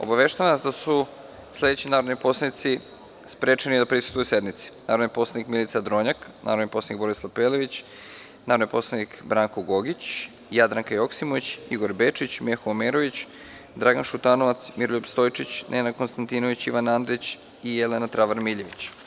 Obaveštavam vas da su sledeći narodni poslanici sprečeni da prisustvuju sednici: narodni poslanik Milica Dronjak, narodni poslanik Borislav Pelević, narodni poslanici Branko Gogić, Jadranka Joksimović, Igor Bečić, Meho Omerović, Dragan Šutanovac, Miroljub Stojčić, Nenad Konstantinović, Ivan Andrić i Jelena Travar Miljević.